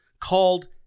called